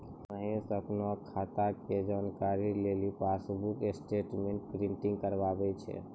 महेश अपनो खाता के जानकारी लेली पासबुक स्टेटमेंट प्रिंटिंग कराबै छै